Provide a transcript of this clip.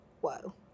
whoa